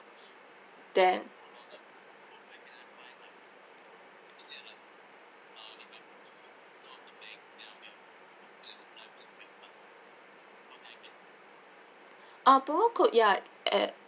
then ah promo code ya